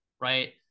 right